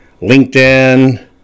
LinkedIn